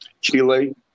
Chile